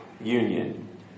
union